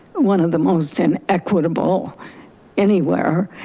one of the most and inequitable anywhere,